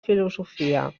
filosofia